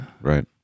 Right